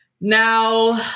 Now